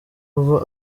ava